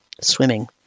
swimming